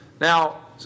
Now